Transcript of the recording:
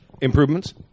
Improvements